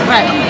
Right